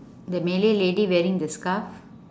the malay lady wearing the scarf